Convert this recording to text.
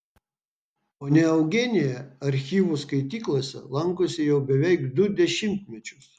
ponia eugenija archyvų skaityklose lankosi jau beveik du dešimtmečius